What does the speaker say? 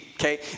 okay